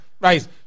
Right